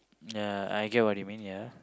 ya I get what you mean ya